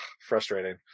Frustrating